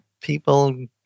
people